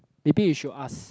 maybe you should ask